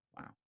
Wow